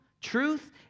truth